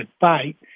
fight